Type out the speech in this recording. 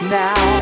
now